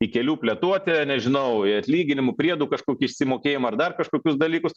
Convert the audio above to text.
į kelių plėtotę nežinau į atlyginimų priedų kažkokį išsimokėjimą ar dar kažkokius dalykus